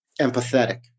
empathetic